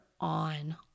on